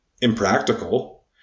impractical